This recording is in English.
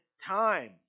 time